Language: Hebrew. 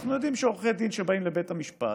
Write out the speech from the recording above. אנחנו יודעים שעורכי דין שבאים לבית המשפט,